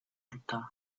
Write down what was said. арта